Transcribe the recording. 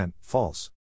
false